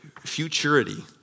futurity